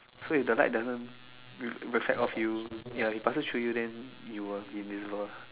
so if the light doesn't reflect off you ya it passes through you then you will be invisible